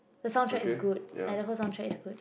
the soundtrack is good like the whole soundtrack is good